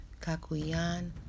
Kakuyan